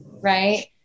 Right